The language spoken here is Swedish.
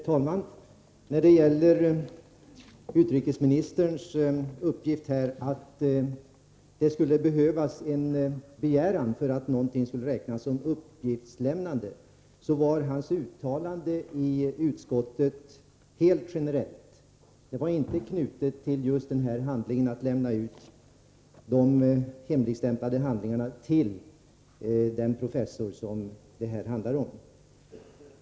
Herr talman! När det gäller utrikesministerns uppgift att det skulle behövas en begäran för att någonting skall räknas som uppgiftslämnande, var hans uttalande i utskottet helt generellt. Det var inte knutet till just utlämnandet av de hemligstämplade papperen till den professor som det här handlar om.